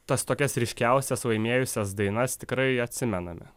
tas tokias ryškiausias laimėjusias dainas tikrai atsimename